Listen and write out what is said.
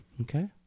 Okay